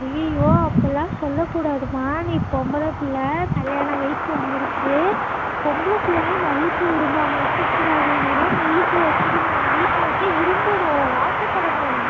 ஐய்யய்யோ அப்பில்லாம் சொல்லக் கூடாதும்மா நீ பொம்பளை பிள்ள கல்யாணம் வயசு வந்துடுச்சு பொம்பளை பிள்ளைங்க மல்லிப்பூ விரும்பாமலாம் இருக்கக் கூடாது நீ எல்லாம் மல்லிப்பூ வச்சுக்கிணும் மல்லிப்பூ வைக்க விரும்பணும் ஆசைப்படணும்